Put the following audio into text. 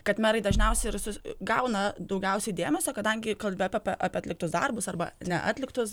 kad merai dažniausiai ir su gauna daugiausiai dėmesio kadangi kalbi apie apie atliktus darbus arba neatliktus